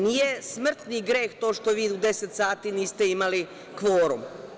Nije smrtni greh to što vi u 10.00 sati niste imali kvorum.